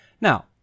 Now